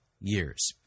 years